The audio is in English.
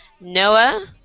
Noah